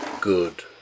good